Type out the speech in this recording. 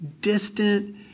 distant